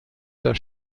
das